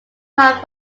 have